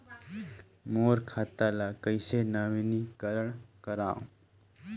मोर खाता ल कइसे नवीनीकरण कराओ?